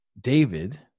David